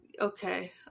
Okay